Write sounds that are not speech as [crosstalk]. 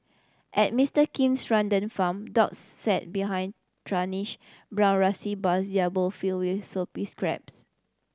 at Mister Kim's rundown farm dogs sat behind [unintelligible] brown [unintelligible] bars their bowl filled with soupy scraps